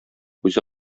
үзе